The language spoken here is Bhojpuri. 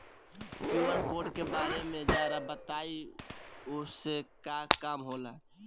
क्यू.आर कोड के बारे में जरा बताई वो से का काम होला?